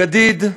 גדיד,